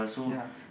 ya